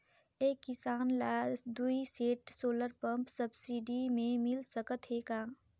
एक किसान ल दुई सेट सोलर पम्प सब्सिडी मे मिल सकत हे का?